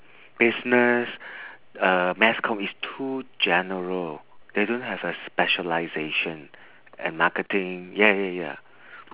business uh mass com is too general they don't have a specialisation and marketing ya ya ya